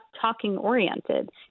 talking-oriented